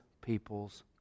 people's